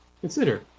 consider